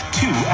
two